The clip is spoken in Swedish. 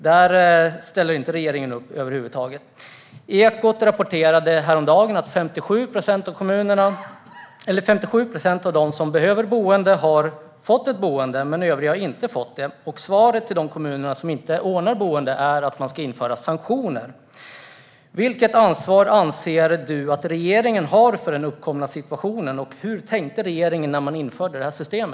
Där ställer regeringen inte upp över huvud taget. Ekot rapporterade häromdagen att 57 procent av dem som behöver boende har fått ett boende, men övriga har inte fått det. Svaret till de kommuner som inte ordnar boende är att man ska införa sanktioner. Vilket ansvar anser bostadsministern att regeringen har för den uppkomna situationen, och hur tänkte regeringen när man införde detta system?